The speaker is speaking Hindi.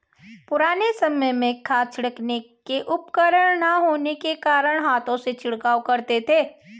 पुराने समय में खाद छिड़कने के उपकरण ना होने के कारण हाथों से छिड़कते थे